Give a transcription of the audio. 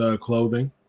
clothing